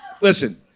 Listen